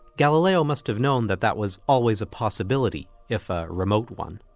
galileo must have known that that was always a possibility, if a remote one.